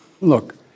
Look